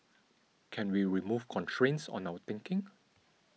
can we remove constraints on our thinking